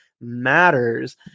matters